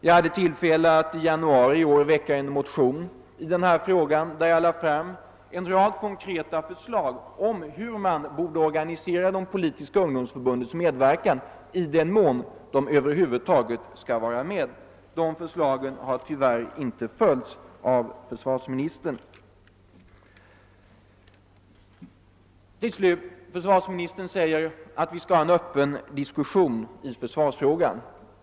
Jag hade i januari i år tillfälle att väcka en motion i den frågan, där jag presenterade en rad konkreta förslag om hur man borde organisera de politiska ungdomsförbundens medverkan, i den mån de över huvud taget skall vara med. Mina förslag där har tyvärr inte följts av försvarsministern. Slutligen säger försvarsministern att vi skall ha en öppen diskussion i försvarsfrågan.